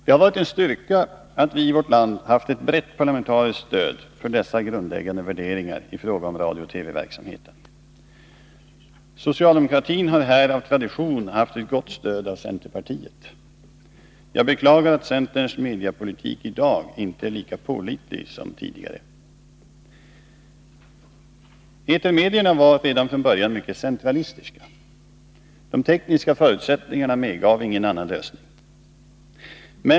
Det har varit en styrka att vi i vårt land haft ett brett parlamentariskt stöd för dessa grundläggande värderingar i fråga om radiooch TV-verksamheten. Socialdemokratin har här av tradition haft ett gott stöd av centerpartiet. Jag beklagar att centerns mediepolitik i dag inte är lika pålitlig som tidigare. Etermedierna var redan från början mycket centralistiska. De tekniska förutsättningarna medgav ingen annan lösning.